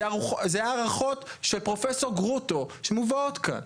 זה ההערכות של פרופ' גרוטו שמובאות כאן.